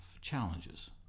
challenges